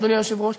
אדוני היושב-ראש,